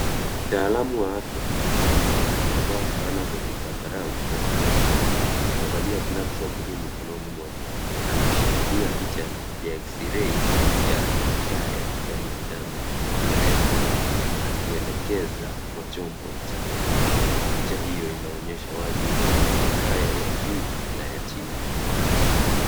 Mtaalamu wa afya amesimama, amevaa fulana za zambarau na suruali nyeupe. Amevalia gloves za blue mikononi mwake. Anashikilia picha ya X-ray ya taya ya binadamu, akieleza, akielekeza kwa chombo cha metali. Picha hiyo inaonyesha wazi meno ya taya ya juu na ya chini.